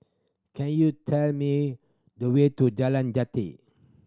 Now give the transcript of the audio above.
can you tell me the way to Jalan Jati